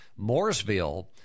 Mooresville